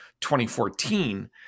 2014